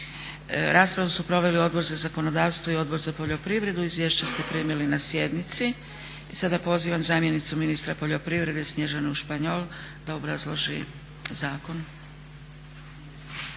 Raspravu su proveli Odbor za zakonodavstvo i Odbor za poljoprivredu. Izvješća ste primili na sjednici. Sada pozivam zamjenicu ministra poljoprivrede Snježanu Španjol da obrazloži zakon.